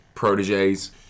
Proteges